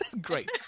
Great